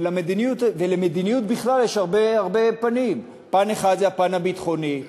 ולמדיניות בכלל יש הרבה פנים: פן אחד זה הפן הביטחוני,